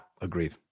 agreed